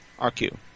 RQ